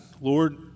Lord